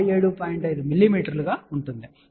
5 mm ఉంటుంది సరే